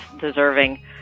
deserving